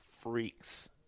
freaks